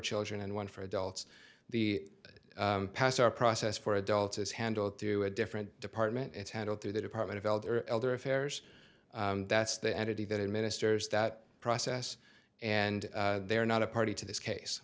children and one for adults the past our process for adults is handled through a different department it's handled through the department of elder elder affairs that's the entity that administers that process and they are not a party to this case